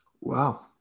Wow